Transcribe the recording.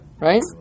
right